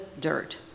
dirt